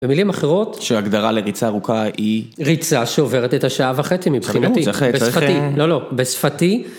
במילים אחרות, שהגדרה לריצה ארוכה היא - ריצה שעוברת את השעה וחצי מבחינתי, בשפתי, לא לא, בשפתי.